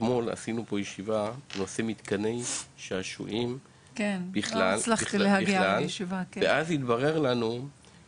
אתמול עשינו פה ישיבה בנושא מתקני שעשועים בכלל והתברר לנו,